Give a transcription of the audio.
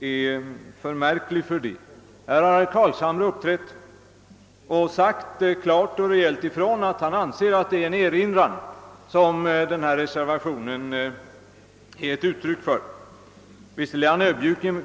är alltför märklig för att jag skall kunna avstå att beröra den. Herr Carlshamre har klart och rejält sagt ifrån att han anser att denna reservation skall betraktas som en erinran.